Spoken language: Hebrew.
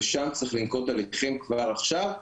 ושם צריך לנקוט הליכים כבר עכשיו,